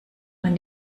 man